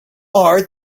are